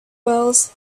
wells